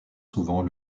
souvent